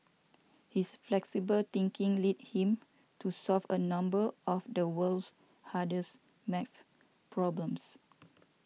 his flexible thinking led him to solve a number of the world's hardest math problems